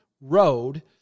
road